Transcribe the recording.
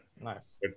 nice